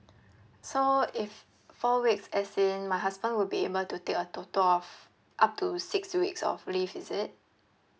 so if four weeks as in my husband would be able to take a total of up to six weeks of leave is it